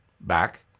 Back